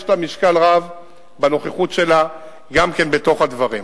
יש לה משקל רב בנוכחות שלה גם בתוך הדברים.